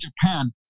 Japan